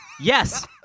yes